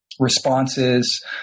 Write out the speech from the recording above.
responses